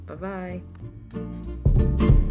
Bye-bye